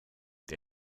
der